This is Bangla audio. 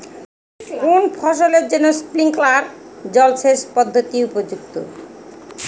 কোন ফসলের জন্য স্প্রিংকলার জলসেচ পদ্ধতি উপযুক্ত?